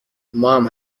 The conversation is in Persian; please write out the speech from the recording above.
ماهم